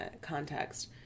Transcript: context